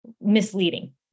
misleading